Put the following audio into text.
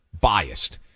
biased